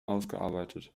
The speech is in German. ausgearbeitet